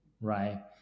right